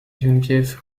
geneviève